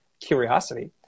curiosity